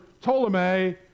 Ptolemy